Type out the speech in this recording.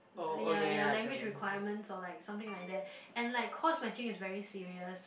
ya ya language requirements or like something like that and like course matching is very serious